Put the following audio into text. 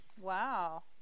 Wow